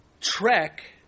trek